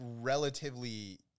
relatively